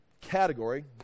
category